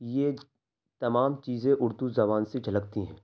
یہ تمام چیزیں اردو زبان سے جھلکتی ہیں